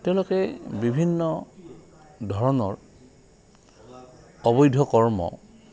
তেওঁলোকে বিভিন্ন ধৰণৰ অবৈধ কৰ্ম